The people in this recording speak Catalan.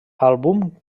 àlbum